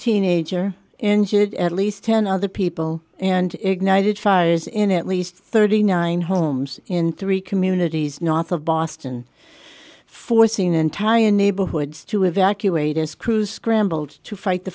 teenager injured at least ten other people and ignited fires in at least thirty nine homes in three communities north of boston forcing entire neighborhoods to evacuated as crews scrambled to fight the